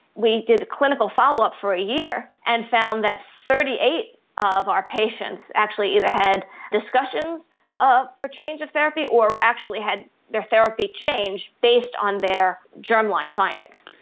we did a clinical follow-up for a year and found that thirty eight of our patients actually either had discussions ah for change of therapy or actually had their therapy changed based on their germline findings.